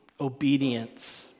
obedience